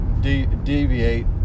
deviate